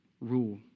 rule